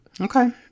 Okay